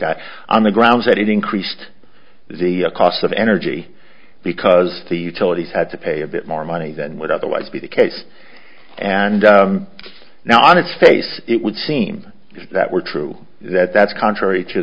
that on the grounds that it increased the cost of energy because the utilities had to pay a bit more money than would otherwise be the case and now on its face it would seem if that were true that that's contrary to